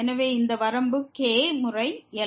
எனவே இந்த வரம்பு k முறை L1